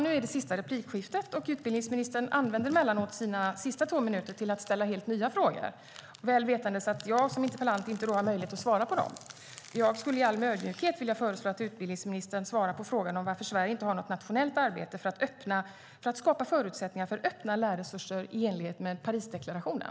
Det här är mitt sista inlägg i debatten, och utbildningsministern använder emellanåt sina sista två minuter till att ställa helt nya frågor, väl vetandes att jag som interpellant inte har möjlighet att svara på dem. Jag skulle i all ödmjukhet vilja föreslå att utbildningsministern svarar på frågan varför Sverige inte har något nationellt arbete för att skapa förutsättningar för öppna lärresurser i enlighet med Parisdeklarationen.